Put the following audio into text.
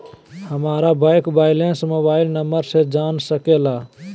हमारा bank balance mobile number से जान सके ला?